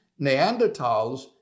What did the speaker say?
Neanderthals